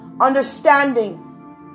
Understanding